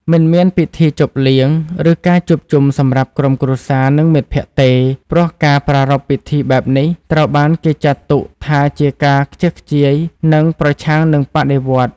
មិនមានពិធីជប់លៀងឬការជួបជុំសម្រាប់ក្រុមគ្រួសារនិងមិត្តភក្តិទេ ព្រោះការប្រារព្ធពិធីបែបនេះត្រូវបានគេចាត់ទុកថាជាការខ្ជះខ្ជាយនិងប្រឆាំងនឹងបដិវត្តន៍។